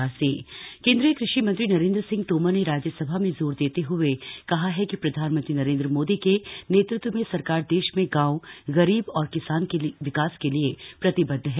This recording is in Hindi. राज्यसभा कषि मंत्री केंद्रीय कृषि मंत्री नरेंद्र सिंह तोमर ने राज्यसभा में जोर देते हुए कहा है कि प्रधानमंत्री नरेंद्र मोदी के नेतृत्व में सरकार देश में गांव गरीब और किसान के विकास के लिए प्रतिबद्ध है